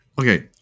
Okay